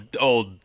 old